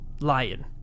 Lion